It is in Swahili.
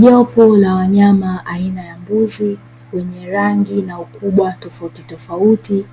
Jopo la wanyama aina ya mbuzi wenye rangi na ukubwa tofautitofauti,